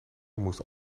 moest